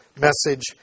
message